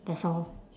that's all